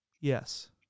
Yes